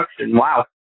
Wow